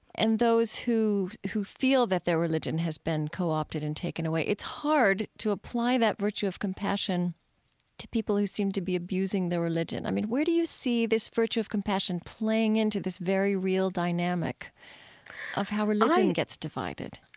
and those who who feel that their religion has been co-opted and taken away. it's hard to apply that virtue of compassion to people who seem to be abusing their religion. i mean, where do you see this virtue of compassion playing into this very real dynamic of how religion gets divided?